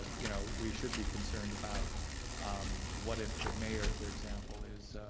you know, we should be concerned about um what if the mayor for example is